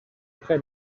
près